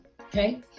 Okay